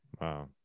Wow